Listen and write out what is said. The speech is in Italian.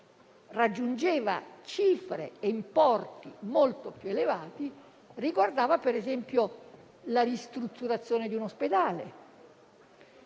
raggiungeva cifre e importi molto più elevati, essa riguardava per esempio la ristrutturazione di un ospedale